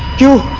you?